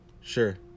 Sure